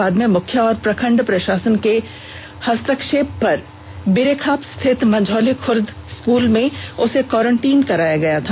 बाद में मुखिया और प्रखंड प्रशासन के हस्तक्षेप पर बीरेखाप स्थित मंझौली खुर्द स्कूल में उसे क्वारंटाइन कराया गया था